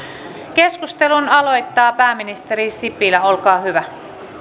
keskustelun aloittaa pääministeri sipilä olkaa hyvä